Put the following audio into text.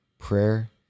Prayer